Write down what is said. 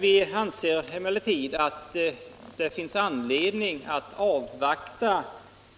Vi anser emellertid att det finns anledning att avvakta